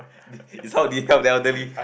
it's how they help the elderly